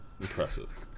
impressive